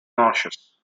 marshes